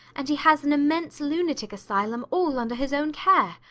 and he has an immense lunatic asylum all under his own care.